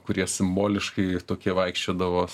kurie simboliškai tokie vaikščiodavo